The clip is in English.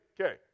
Okay